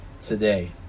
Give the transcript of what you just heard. today